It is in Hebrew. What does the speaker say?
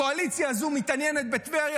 הקואליציה הזאת מתעניינת בטבריה,